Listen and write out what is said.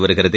வருகிறது